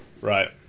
Right